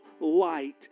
light